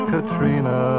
Katrina